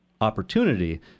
opportunity